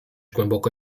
głęboko